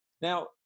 Now